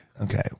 Okay